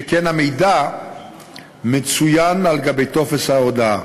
שכן המידע מצוין על גבי טופס ההודעה,